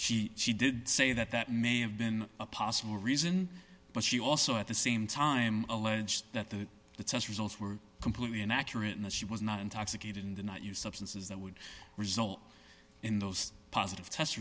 she she did say that that may have been a possible reason but she also at the same time alleged that the test results were completely inaccurate and she was not intoxicated in the night use substances that would result in those positive test